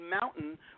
Mountain